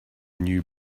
new